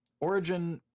Origin